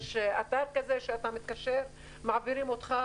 יש מוקד שאתה מתקשר אליו ומעבירים אותך